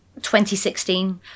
2016